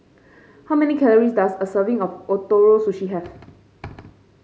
how many calories does a serving of Ootoro Sushi have